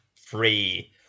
free